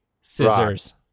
Scissors